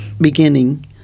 beginning